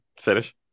finish